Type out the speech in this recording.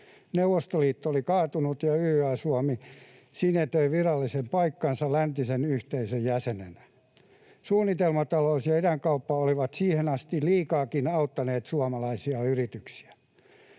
Neuvostoliitto oli kaatunut, ja YYA-Suomi sinetöi virallisen paikkansa läntisen yhteisön jäsenenä. Suunnitelmatalous ja idänkauppa olivat siihen asti liikaakin auttaneet suomalaisia yrityksiä.